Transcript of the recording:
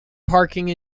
parking